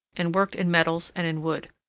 and worked in metals and in wood.